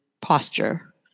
posture